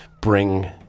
bring